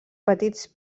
petits